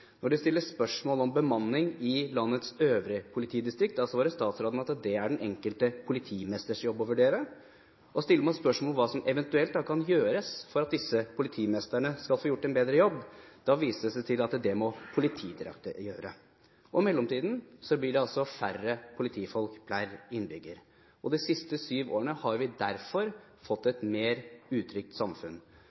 Når det stilles spørsmål om bemanning i landets øvrige politidistrikt, svarer statsråden at det er det den enkelte politimesters jobb å vurdere. Og stiller man spørsmål om hva som eventuelt kan gjøres for at disse politimestrene skal få gjort en bedre jobb, vises det til Politidirektoratet. I mellomtiden blir det altså færre politifolk per innbygger. I løpet av de siste syv årene har vi derfor fått et mer utrygt samfunn.